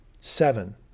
Seven